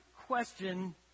question